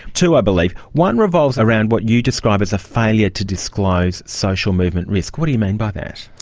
two i believe. one revolves around what you describe as a failure to disclose social movement risk. what do you mean by that?